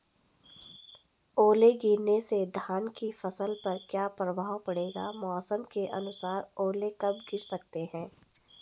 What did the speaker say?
ओले गिरना से धान की फसल पर क्या प्रभाव पड़ेगा मौसम के अनुसार ओले कब गिर सकते हैं?